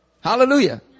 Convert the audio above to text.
hallelujah